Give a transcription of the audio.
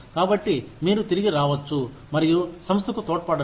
కాబట్టి మీరు తిరిగి రావచ్చు మరియు సంస్థకు తోడ్పడండి